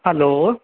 hello